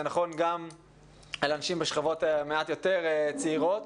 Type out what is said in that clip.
נכון גם לאנשים בשכבות מעט יותר צעירות.